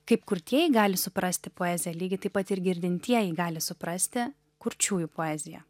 kaip kurtieji gali suprasti poeziją lygiai taip pat ir girdintieji gali suprasti kurčiųjų poeziją